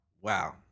wow